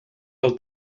del